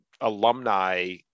alumni